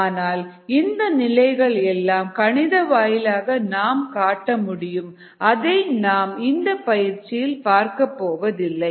ஆனால் இந்த நிலைகள் எல்லாம் கணித வாயிலாக நாம் காட்ட முடியும் அதை நாம் இந்த பயிற்சியில் பார்க்கப் போவதில்லை